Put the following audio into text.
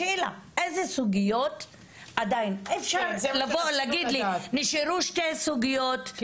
השאלה איזה סוגיות עדיין אפשר לבוא להגיד לי נשארו שתי סוגיות,